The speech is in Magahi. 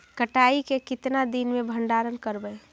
कटाई के कितना दिन मे भंडारन करबय?